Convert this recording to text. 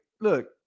look